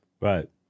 Right